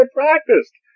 practiced